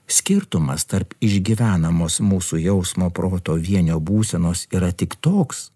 skirtumas tarp išgyvenamos mūsų jausmo proto vienio būsenos yra tik toks